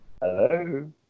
Hello